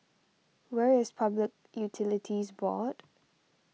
where is Public Utilities Board